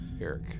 Eric